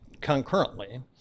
concurrently